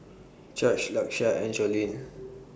Jorge Lakeshia and Jolene